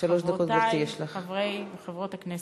רבותי חברי וחברות הכנסת,